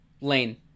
Lane